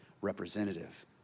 representative